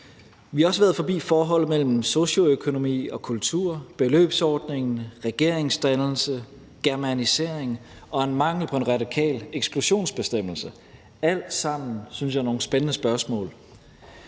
Vi har også været forbi forholdet mellem socioøkonomi og kultur, beløbsordningen, regeringsdannelse, germanisering og en mangel på en radikal eksklusionsbestemmelse. Alt sammen synes jeg er nogle spændende spørgsmål.